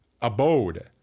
abode